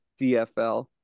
DFL